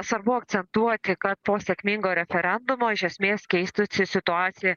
svarbu akcentuoti kad po sėkmingo referendumo iš esmės keistųsi situacija